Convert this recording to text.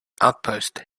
outpost